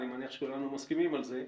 אני מניח שכולנו מסכימים על זה.